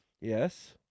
Yes